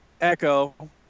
Echo